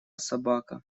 собака